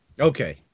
Okay